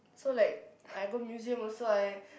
so like I go museum also I